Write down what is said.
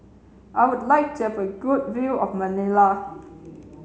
I would like to have a good view of Manila